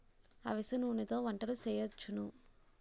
అవిసె నూనెతో వంటలు సేయొచ్చును